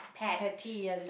petty ya the